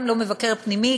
גם לא מבקר פנימי,